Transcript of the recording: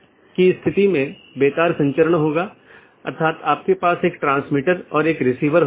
यहाँ multi home AS के 2 या अधिक AS या उससे भी अधिक AS के ऑटॉनमस सिस्टम के कनेक्शन हैं